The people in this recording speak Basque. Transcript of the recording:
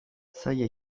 zaila